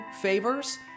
favors